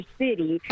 city